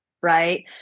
Right